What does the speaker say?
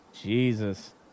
Jesus